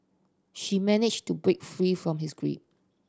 she managed to break free from his grip